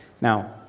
now